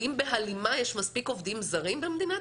האם בהלימה יש מספיק עובדים זרים במדינת